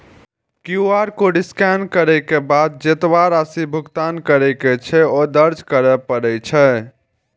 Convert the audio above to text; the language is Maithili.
क्यू.आर कोड स्कैन करै के बाद जेतबा राशि भुगतान करै के छै, ओ दर्ज करय पड़ै छै